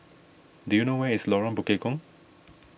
do you know where is Lorong Bekukong